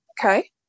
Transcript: Okay